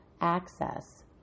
access